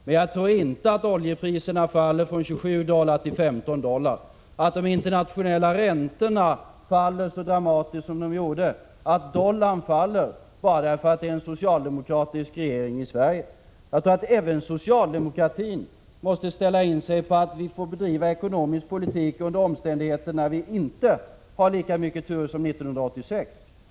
Men jag tror inte att oljepriserna faller från 27 till 15 dollar, att de internationella räntorna faller så dramatiskt som de gjorde och att dollarkursen faller bara för att det är en socialdemokratisk regering i Sverige. Även socialdemokratin måste ställa in sig på att vi måste bedriva ekonomisk politik under omständigheter när vi inte har lika mycket tur som 1986.